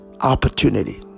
Opportunity